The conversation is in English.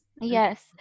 Yes